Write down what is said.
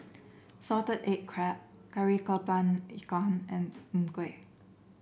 Salted Egg Crab Kari kepala Ikan and Png Kueh